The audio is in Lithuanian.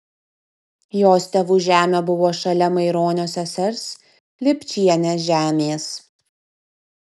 jos tėvų žemė buvo šalia maironio sesers lipčienės žemės